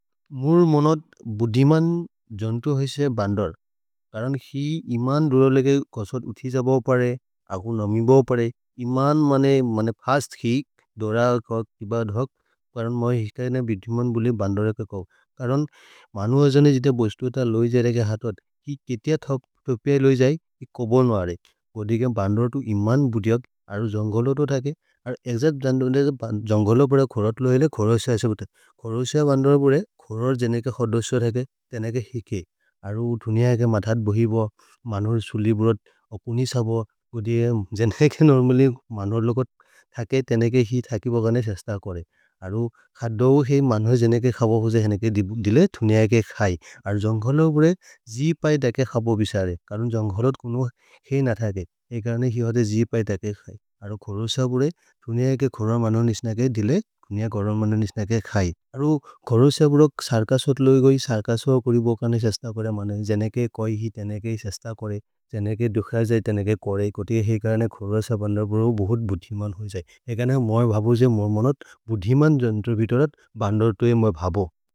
मुर् मोनद् बुद्धिमन् जन्तु हैसे बन्दर्, करन् हि इमन् रुलो लेके कसत् उथि जब परे, अगु नमिब परे। इमन् मने मने फस्त् हि, दोर कक्, किब धक्। परन् महि हिकरि न बिद्धिमन् बुलि बन्दरे कक् कौ। करन् मनु अजने जिते बोस्तु त लै जरेके हतत्, हि केतिय थक् तोपिअ लै जै, हि कोबन् मरे। कोदिके बन्दरतु इमन् बुद्ध्यक्, अरु जṅघलतो थके। अरु एग्जत् बन्दरते जṅघलो परे खोरत्लो हैले खोरस ऐसे बुद्धत्। खोरस बन्दरते खोरर् जेनेके खदस थके, त्ēनेके हिकै। अरु थुनिअके मधत् बहिब, मन्होर् सुलि ब्रद्। अकुनि सब, कोदि ए जेनेके नोर्मलि मन्होर् लोको थके, त्ēनेके हि थकि बगने सस्त करे। अरु खदौ हेइ मन्होर् जेनेके खब होजे ह्ēनेके दिले थुनिअके खै। अरु जṅघलो बुरे जिपै तके खब विसरे। करुन् जṅघलतो कुनु हेइ नथके, ए करने हिहदे जिपै तके खै। अरु खोरस बुरे थुनिअके खोर मनु निस्नके दिले थुनिअ कर मनु निस्नके खै। अरु खोरस बुरे सर्कसत् लोहे गोहे सर्कस करिबोकने सस्त करे। जेनेके कै हि त्ēनेके सस्त करे। जेनेके दुखजै त्ēनेके करे, कोति ए हेइ करने खोरस बन्दर् बुरे बोहुत् बुद्धिमन् होइ जै। ए कने मने भबोजे मोर्मोनत् बुद्धिमन् जन्त्र वितोरत् बन्दर् तोहे मने भबो।